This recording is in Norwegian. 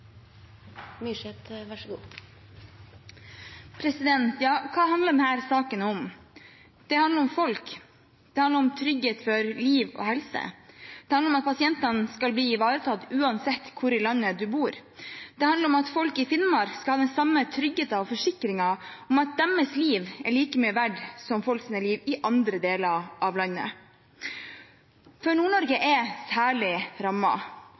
Ja, hva handler denne saken om? Den handler om folk, den handler om trygghet for liv og helse, den handler om at pasientene skal bli ivaretatt uansett hvor i landet de bor, den handler om at folk i Finnmark skal ha den samme tryggheten og forsikringen om at deres liv er like mye verdt som folks liv i andre deler av landet. For Nord-Norge er særlig